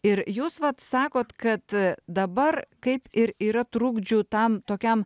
ir jūs vat sakot kad dabar kaip ir yra trukdžių tam tokiam